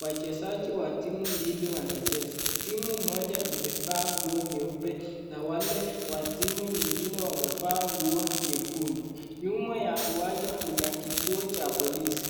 wachezaji wa timu mbili wanacheza, timu moja imevaa nguo nyeupe na wale wa timu nyingine wamevaa nguo nyekundu nyuma ya uwanja kuna kituo cha polisi.